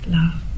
love